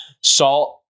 salt